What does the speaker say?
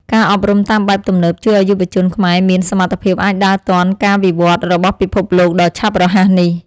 ការអប់រំតាមបែបទំនើបជួយឱ្យយុវជនខ្មែរមានសមត្ថភាពអាចដើរទាន់ការវិវត្តរបស់ពិភពលោកដ៏ឆាប់រហ័សនេះ។